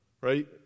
Right